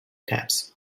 caps